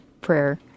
prayer